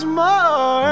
more